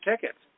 tickets